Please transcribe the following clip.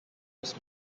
was